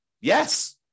Yes